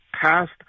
passed